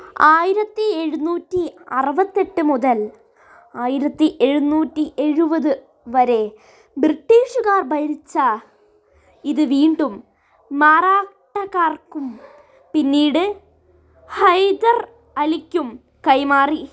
ആയിരത്തി എഴുന്നൂറ്റി അറുപത്തെട്ട് മുതൽ ആയിരത്തി എഴുന്നൂറ്റി എഴുപത് വരെ ബ്രിട്ടീഷുകാർ ഭരിച്ച ഇത് വീണ്ടും മറാഠക്കാർക്കും പിന്നീട് ഹൈദർ അലിയ്ക്കും കൈമാറി